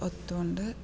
ഒത്തോണ്ട്